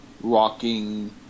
rocking